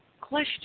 question